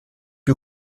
più